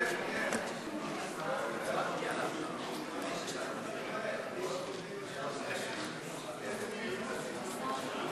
טוב,